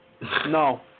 No